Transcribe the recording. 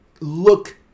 look